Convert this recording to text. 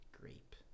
grape